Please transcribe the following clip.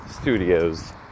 studios